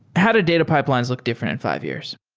how do data pipelines look different in fi ve years?